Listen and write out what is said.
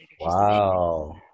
wow